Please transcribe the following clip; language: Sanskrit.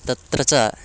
तत्र च